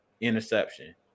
interception